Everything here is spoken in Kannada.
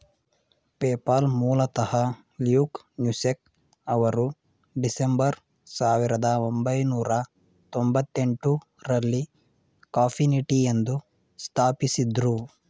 ಪೇಪಾಲ್ ಮೂಲತಃ ಲ್ಯೂಕ್ ನೂಸೆಕ್ ಅವರು ಡಿಸೆಂಬರ್ ಸಾವಿರದ ಒಂಬೈನೂರ ತೊಂಭತ್ತೆಂಟು ರಲ್ಲಿ ಕಾನ್ಫಿನಿಟಿ ಎಂದು ಸ್ಥಾಪಿಸಿದ್ದ್ರು